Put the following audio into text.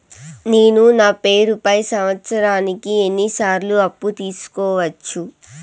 నేను నా పేరుపై సంవత్సరానికి ఎన్ని సార్లు అప్పు తీసుకోవచ్చు?